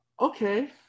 okay